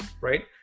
right